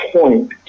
point